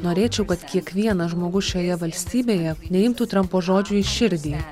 norėčiau kad kiekvienas žmogus šioje valstybėje neimtų trampo žodžių į širdį